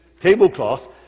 tablecloth